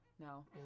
No